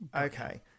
Okay